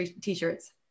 t-shirts